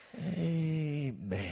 Amen